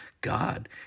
God